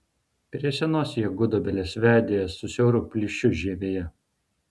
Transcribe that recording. prie senos jie gudobelės vedė su siauru plyšiu žievėje